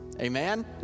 amen